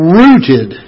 rooted